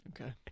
Okay